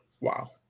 Wow